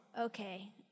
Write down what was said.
okay